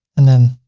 and then